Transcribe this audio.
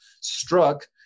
struck